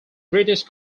british